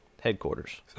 headquarters